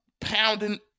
pounding